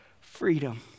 freedom